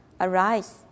arise